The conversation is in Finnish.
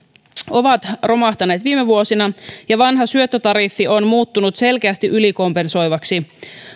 ovat romahtaneet viime vuosina ja vanha syöttötariffi on muuttunut selkeästi ylikompensoivaksi